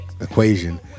equation